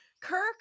kirk